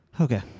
Okay